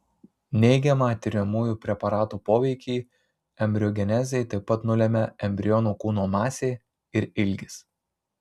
neigiamą tiriamųjų preparatų poveikį embriogenezei taip pat nulemia embrionų kūno masė ir ilgis